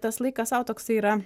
tas laikas sau toksai yra